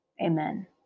Amen